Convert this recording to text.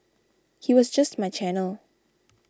he was just my channel